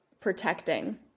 protecting